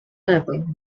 level